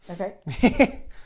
Okay